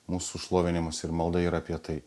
mūsų šlovinimas ir malda yra apie tai